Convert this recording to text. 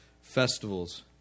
festivals